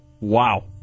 Wow